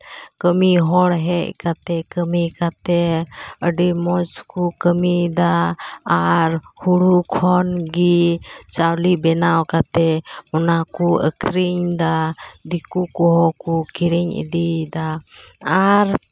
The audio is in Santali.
ᱠᱟᱹᱢᱤ ᱦᱚᱲ ᱦᱮᱡᱽ ᱠᱟᱛᱮ ᱠᱟᱹᱢᱤ ᱠᱟᱛᱮ ᱟᱹᱰᱤ ᱢᱚᱡᱽ ᱠᱚ ᱠᱟᱹᱢᱤᱭᱮᱫᱟ ᱟᱨ ᱦᱳᱲᱳ ᱠᱷᱚᱱ ᱜᱮ ᱪᱟᱣᱞᱮ ᱵᱮᱱᱟᱣ ᱠᱟᱛᱮ ᱚᱱᱟ ᱠᱚ ᱟᱹᱠᱷᱨᱤᱧᱫᱟ ᱫᱤᱠᱩ ᱠᱚᱦᱚᱸ ᱠᱚ ᱠᱤᱨᱤᱧ ᱤᱫᱤᱭᱮᱫᱟ ᱟᱨ